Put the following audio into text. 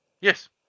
Yes